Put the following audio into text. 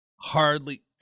Hardly